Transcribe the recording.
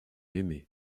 aimé